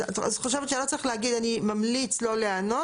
אז את חושבת שלא צריך להגיד אני ממליץ לא להיענות,